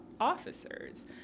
officers